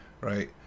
Right